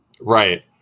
Right